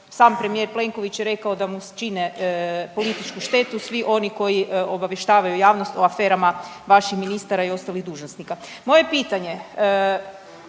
sam premjer Plenković je rekao da mu čine političku štetu svi oni koji obavještavaju javnost o aferama vaših ministara i ostalih dužnosnika. Moje pitanje